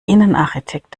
innenarchitekt